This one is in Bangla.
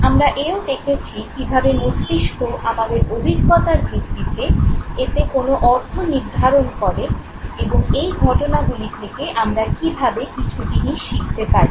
আমরা এও দেখেছি কীভাবে মস্তিষ্ক আমাদের অভিজ্ঞতার ভিত্তিতে এতে কোন অর্থ নির্ধারণ করে এবং এই ঘটনাগুলি থেকে আমরা কীভাবে কিছু জিনিস শিখতে পারি